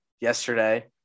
yesterday